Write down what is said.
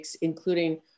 including